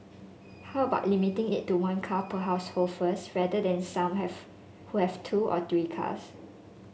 how about limiting it to one car per household first rather than some have who have two or three cars